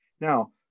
Now